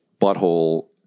butthole